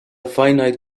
finite